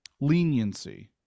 leniency